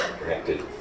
connected